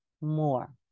more